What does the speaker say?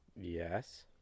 Yes